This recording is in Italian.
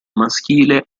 maschile